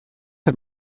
hat